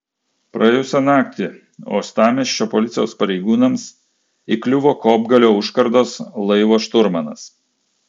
praėjusią naktį uostamiesčio policijos pareigūnams įkliuvo kopgalio užkardos laivo šturmanas